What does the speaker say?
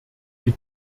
die